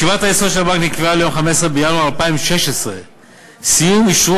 ישיבת היסוד של הבנק נקבעה ליום 15 בינואר 2016. סיום אשרור